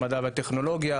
המדע והטכנולוגיה,